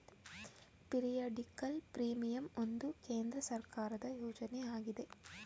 periodical premium ಒಂದು ಕೇಂದ್ರ ಸರ್ಕಾರದ ಯೋಜನೆ ಆಗಿದೆ